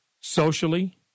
socially